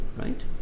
right